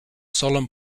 solemn